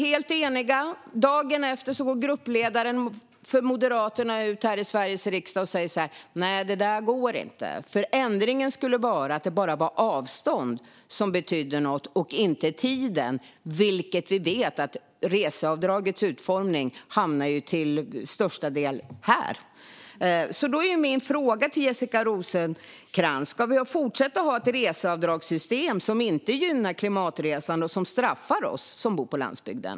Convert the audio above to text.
Men dagen efter sa gruppledaren för Moderaterna att det inte gick eftersom ändringen skulle innebära att bara avståndet betydde något och inte tiden, trots att vi vet att reseavdraget på grund av sin utformning till största del hamnar i Stockholm. Min fråga till Jessica Rosencrantz är därför: Ska vi fortsätta att ha ett reseavdragssystem som inte gynnar klimatresande och som straffar oss som bor på landsbygden?